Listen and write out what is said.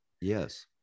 Yes